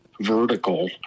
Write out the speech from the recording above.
vertical